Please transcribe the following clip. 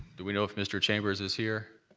do we know if mr. chambers is here?